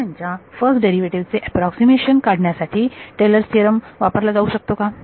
function च्या first derivative चे approximation काढण्यासाठी टेलर्स थीअरम Taylor's theorem वापरला जाऊ शकतो का